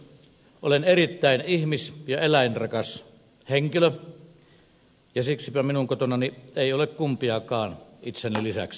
olen erittäin ihmis ja eläinrakas henkilö ja siksipä minun kotonani ei ole kumpiakaan itseni lisäksi